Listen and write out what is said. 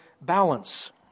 balance